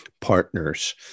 partners